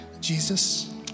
Jesus